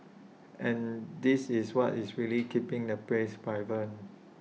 and this is what is really keeping the place vibrant